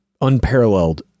unparalleled